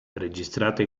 registrato